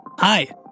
Hi